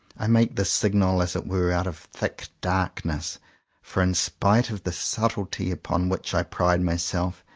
i make this signal as it were out of thick darkness for in spite of the sub tlety upon which i pride myself,